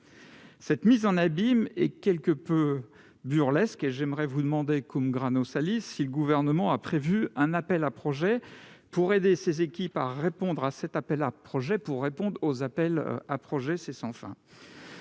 Cette mise en abyme est quelque peu burlesque, et j'aimerais vous demander,, si le Gouvernement a prévu un appel à projets pour aider ces équipes à répondre à cet appel à projets pour répondre aux appels à projets ... C'est sans fin